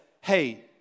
hey